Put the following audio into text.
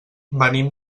venim